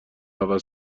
عوض